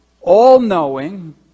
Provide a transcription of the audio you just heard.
all-knowing